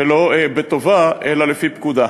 ולא בטובה אלא לפי פקודה.